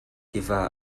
tiva